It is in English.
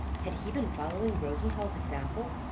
had he been following rosenthall's example?